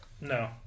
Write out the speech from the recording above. No